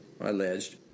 alleged